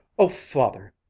oh, father,